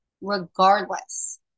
regardless